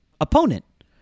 opponent